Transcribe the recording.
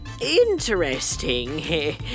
Interesting